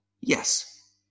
Yes